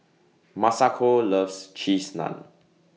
Masako loves Cheese Naan